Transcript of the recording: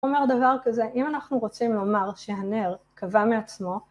אומר דבר כזה, אם אנחנו רוצים לומר שהנר כבה מעצמו